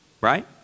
right